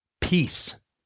peace